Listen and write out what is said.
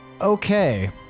Okay